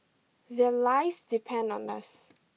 their lives depend on us